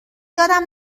یادم